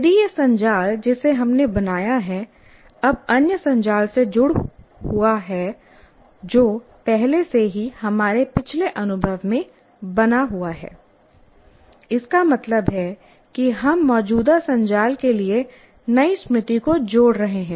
यदि यह संजाल जिसे हमने बनाया है अब अन्य संजाल से जुड़ा हुआ है जो पहले से ही हमारे पिछले अनुभव में बना हुआ है इसका मतलब है कि हम मौजूदा संजाल के लिए नई स्मृति को जोड़ रहे हैं